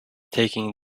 taking